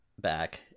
back